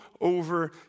over